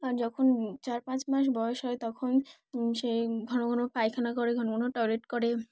আর যখন চার পাঁচ মাস বয়স হয় তখন সে ঘন ঘন পায়খানা করে ঘন ঘন টয়লেট করে